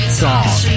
song